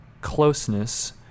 closeness